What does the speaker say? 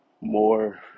more